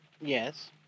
Yes